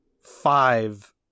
five